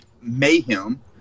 mayhem